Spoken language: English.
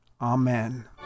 Amen